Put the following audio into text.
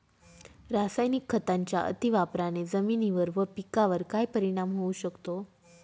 रासायनिक खतांच्या अतिवापराने जमिनीवर व पिकावर काय परिणाम होऊ शकतो?